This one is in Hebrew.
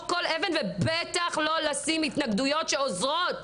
כל אבן ובטח לא לשים התנגדויות שעוזרות